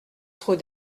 trop